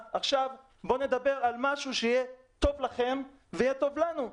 בוא נדבר על משהו שיהיה טוב לכם וטוב לנו.